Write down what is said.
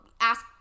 ask